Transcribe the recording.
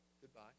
goodbye